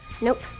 Nope